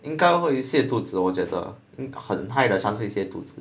应该会泻肚子我觉得很害的伤会泻肚子